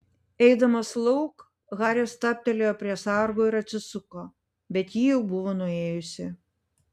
eidamas lauk haris stabtelėjo prie sargo ir atsisuko bet ji jau buvo nuėjusi